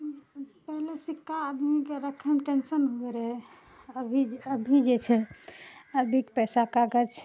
पहिले सिक्का आदमीके रखैमे टेन्सन हुए रहै अभी अभी जे छै अभीके पैसा कागज